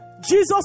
Jesus